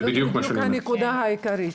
זה בדיוק מה שאני אומר.